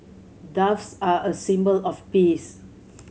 doves are a symbol of peace